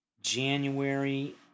January